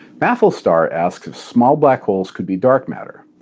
maflstar asks if small black holes could be dark matter.